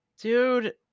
Dude